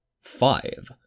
Five